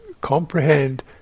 comprehend